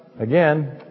Again